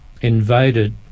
invaded